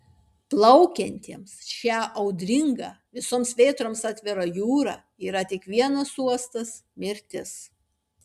plaukiantiems šia audringa visoms vėtroms atvira jūra yra tik vienas uostas mirtis